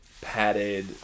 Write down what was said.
padded